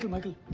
michael,